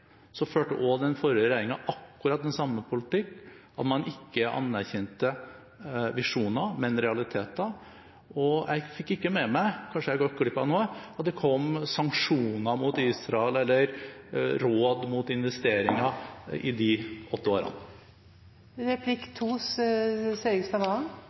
førte også den regjeringen akkurat den samme politikken, at man ikke anerkjente visjoner, men realiteter, og jeg fikk ikke med meg – kanskje jeg har gått glipp av noe – at det kom sanksjoner mot Israel eller råd mot investeringer i de åtte